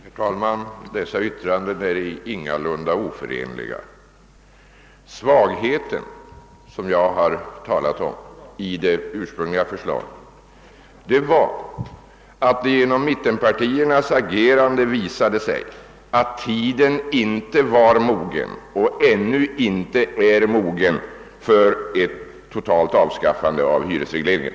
Herr talman! Dessa yttranden är ingalunda oförenliga. Den svaghet i det ursprungliga förslaget som jag talade om var att det genom mittenpartiernas agerande visade sig att tiden inte var mogen — och ännu inte är mogen — för ett totalt avskaffande av hyresregleringen.